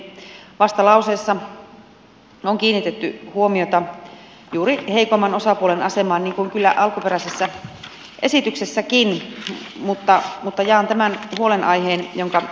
vastalauseessa on kiinnitetty huomiota juuri heikomman osapuolen asemaan niin kuin kyllä alkuperäisessä esityksessäkin mutta jaan tämän huolenaiheen jonka edustaja kalmari esitti